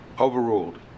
Overruled